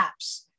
apps